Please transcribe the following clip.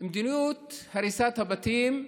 מדיניות הריסת הבתים,